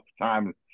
Time